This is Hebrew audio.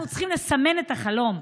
אנחנו צריכים לסמן את החלום,